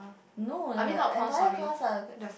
no the entire class ah